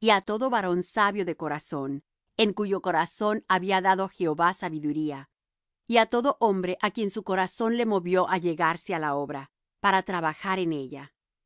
y á todo varón sabio de corazón en cuyo corazón había dado jehová sabiduría y á todo hombre á quien su corazón le movió á llegarse á la obra para trabajar en ella